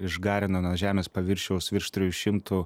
išgarino nuo žemės paviršiaus virš trijų šimtų